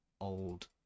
old